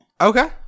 okay